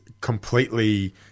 completely